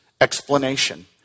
explanation